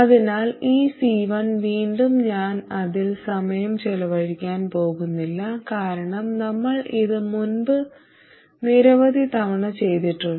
അതിനാൽ ഈ C1 വീണ്ടും ഞാൻ അതിൽ സമയം ചെലവഴിക്കാൻ പോകുന്നില്ല കാരണം നമ്മൾ ഇത് മുമ്പ് നിരവധി തവണ ചെയ്തിട്ടുണ്ട്